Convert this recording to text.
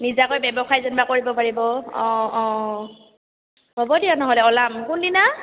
নিজাকৈ ব্যৱসায় যেনিবা কৰিব পাৰিব অঁ অঁ হ'ব দিয়া নহ'লে ওলাম কোন দিনা